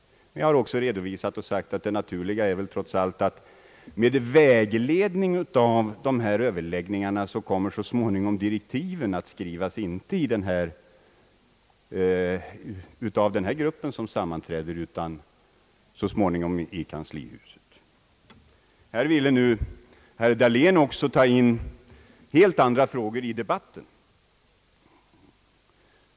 Jag har i redovisningen också framhållit att det naturliga trots allt är att de eventuella direktiven så småningom kommer att skrivas, med vägledning av dessa överläggningar men inte av denna grupp utan i kanslihuset. Herr Dahlén vill också föra in helt andra frågor i debatten.